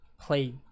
play